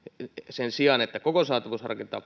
sen sijaan että koko saatavuusharkinta